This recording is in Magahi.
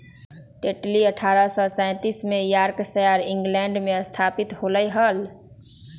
टेटली अठ्ठारह सौ सैंतीस में यॉर्कशायर, इंग्लैंड में स्थापित होलय हल